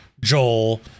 Joel